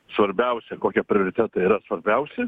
svarbiausia kokie prioritetai yra svarbiausi